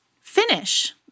finish